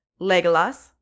Legolas